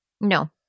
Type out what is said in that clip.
No